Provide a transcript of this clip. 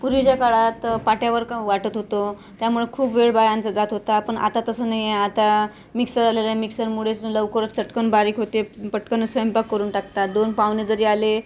पूर्वीच्या काळात पाट्यावर का वाटत होतो त्यामुळे खूप वेळ बायांचा जात होता पण आता तसं नाही आहे आता मिक्सर आलेला आहे मिक्सरमुळेस लवकरच चटकन बारीक होते पटकनच स्वयंपाक करून टाकतात दोन पावणे जरी आले